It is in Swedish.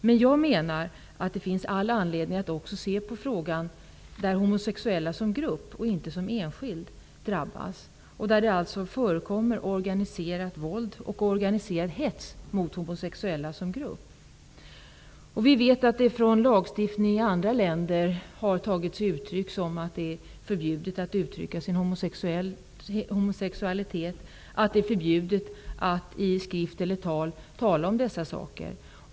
Men jag menar att det finns all anledning att också se på frågan om homosexuella som grupp, inte som enskilda, som drabbas. Här förekommer det organiserat våld och organiserad hets mot homosexuella som grupp. Vi vet från lagstiftningen i andra länder att detta har tagit sig uttryck så, att det är förbjudet att uttrycka sin homosexualitet, att det är förbjudet att i skrift eller tal nämna dessa saker.